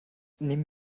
nehmen